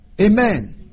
Amen